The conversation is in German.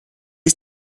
ist